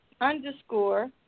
underscore